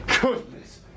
goodness